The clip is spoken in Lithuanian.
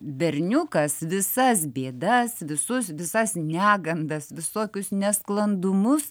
berniukas visas bėdas visus visas negandas visokius nesklandumus